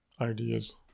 ideas